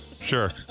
Sure